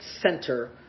center